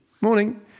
Morning